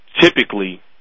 typically